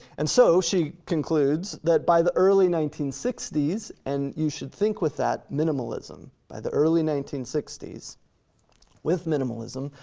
and so she concludes that by the early nineteen sixty s, and you should think with that, minimalism, by the early nineteen sixty s with minimalism,